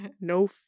No